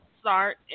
start